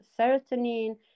serotonin